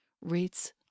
rates